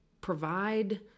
provide